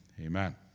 amen